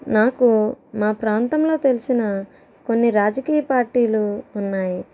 నాకు మా ప్రాంతంలో తెలిసిన కొన్ని రాజకీయ పార్టీలు ఉన్నాయి